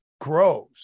grows